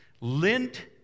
lint